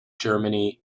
germany